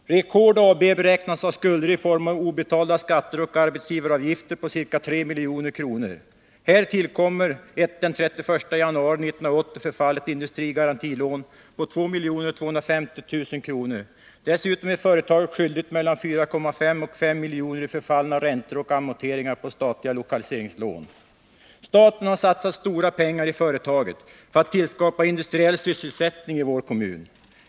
Record AB beräknas ha skulder i form av obetalda skatter och arbetsgivaravgifter på ca 3 milj.kr. Härtill kommer ett den 31 januari 1980 förfallet industrigarantilån på 2 250 000 kr. Dessutom är företaget skyldigt mellan 4,5 och 5 milj.kr. i förfallna räntor och amorteringar på statliga lokaliseringslån. Staten har satsat stora pengar i företaget för att tillskapa industriell sysselsättning i vår kommun.